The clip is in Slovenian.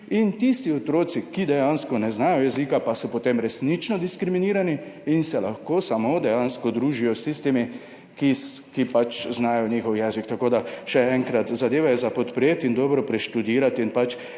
In tisti otroci, ki dejansko ne znajo jezika, so pa potem resnično diskriminirani in se lahko samo dejansko družijo s tistimi, ki pač znajo njihov jezik. Še enkrat, zadevo je za podpreti in dobro preštudirati.